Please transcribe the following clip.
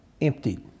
emptied